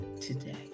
today